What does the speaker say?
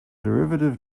derivative